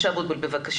משה אבוטבול בבקשה.